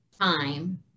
time